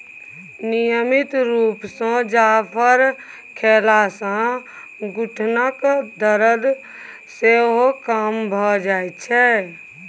नियमित रुप सँ जाफर खेला सँ घुटनाक दरद सेहो कम भ जाइ छै